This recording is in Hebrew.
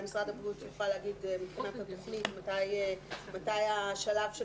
משרד הבריאות יוכל להגיד מתי השלב של